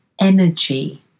energy